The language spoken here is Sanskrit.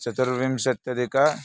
चतुर्विंशत्यधिकः